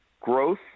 growth